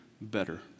better